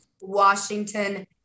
Washington